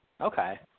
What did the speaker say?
okay